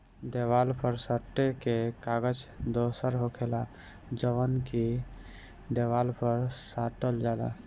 देवाल पर सटे के कागज दोसर होखेला जवन के देवाल पर साटल जाला